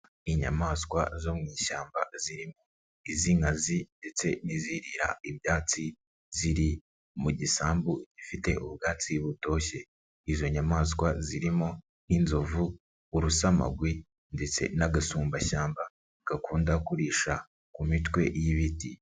Inyamaswa zo mu ishyamba zirimo iz'inkazi ndetse n'izirira ibyatsi, ziri mu gisambu gifite ubwatsi butoshye, izo nyamaswa zirimo inzovu, urusamagwe ndetse n'agasumbashyamba gakunda kurisha ku mitwe y'ibiti.